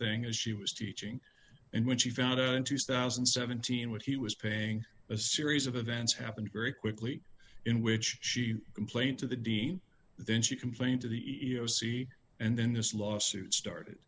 thing as she was teaching and when she found out in two thousand and seventeen what he was paying a series of events happened very quickly in which she complained to the dean then she complained to the e e o c and then this lawsuit started